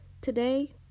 Today